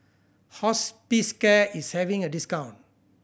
Hospicare is having a discount